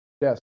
Yes